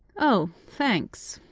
oh, thanks,